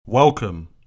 Welcome